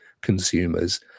consumers